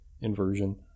inversion